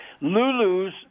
Lulu's